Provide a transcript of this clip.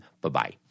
Bye-bye